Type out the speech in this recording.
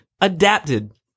adapted